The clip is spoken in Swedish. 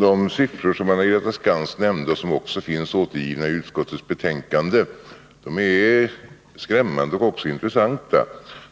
Herr talman! De siffror som Anna-Greta Skantz nämnde och som finns angivna i utskottets betänkande är både skrämmande och intressanta.